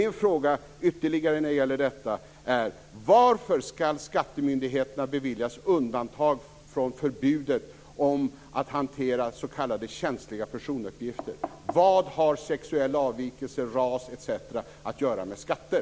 Min ytterligare fråga är: Varför skall skattemyndigheterna beviljas undantag från förbudet att hantera s.k. känsliga personuppgifter? Vad har sexuella avvikelser, ras etc. att göra med skatter?